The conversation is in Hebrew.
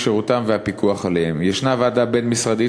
כשירותם והפיקוח עליהם: יש ועדה בין-משרדית